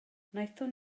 wnaethon